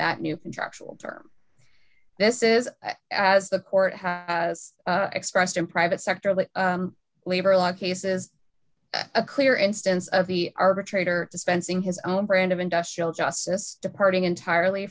that new contractual term this is as the court has as expressed in private sector with labor law cases a clear instance of the arbitrator dispensing his own brand of industrial justice departing entirely